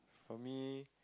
for me